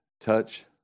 touch